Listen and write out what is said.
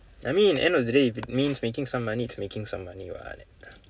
I mean end of the day if it means making some money it's making some money what